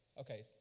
okay